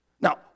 Now